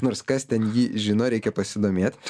nors kas ten jį žino reikia pasidomėt